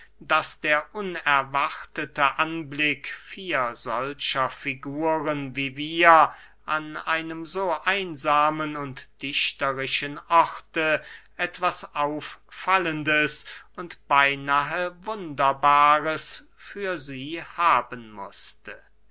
daß der unerwartete anblick vier solcher figuren wie wir an einem so einsamen und dichterischen orte etwas auffallendes und beynahe wunderbares für sie haben mußte